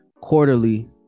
quarterly